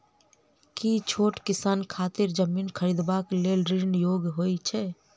की छोट किसान खेतिहर जमीन खरिदबाक लेल ऋणक योग्य होइ छै?